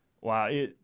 Wow